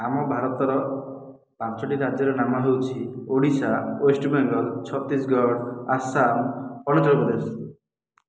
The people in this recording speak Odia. ଆମ ଭାରତର ପାଞ୍ଚଟି ରାଜ୍ୟର ନାମ ହେଉଛି ଓଡ଼ିଶା ୱେଷ୍ଟବେଙ୍ଗଲ ଛତିଶଗଡ଼ ଆସାମ ଅରୁଣାଞ୍ଚଳ ପ୍ରଦେଶ